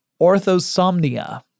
orthosomnia